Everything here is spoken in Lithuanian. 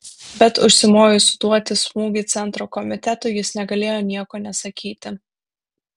bet užsimojus suduoti smūgį centro komitetui jis negalėjo nieko nesakyti